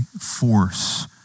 force